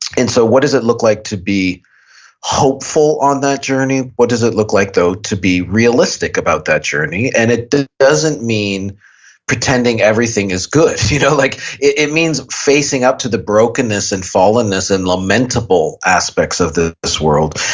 and so what does it look like to be hopeful on that journey? what does it look like though to be realistic about that journey? and it doesn't mean pretending everything is good. you know like it it means facing up to the brokenness and fallenness and lamentable aspects of this world.